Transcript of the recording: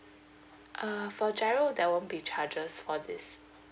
err for GIRO there won't be charges for this